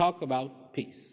talk about peace